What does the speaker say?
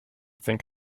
think